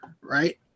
right